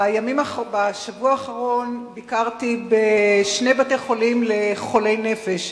בשבוע האחרון ביקרתי בשני בתי-חולים לחולי נפש,